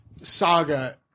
saga